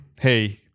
hey